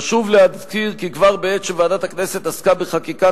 חשוב להזכיר כי כבר בעת שוועדת הכנסת עסקה בחקיקת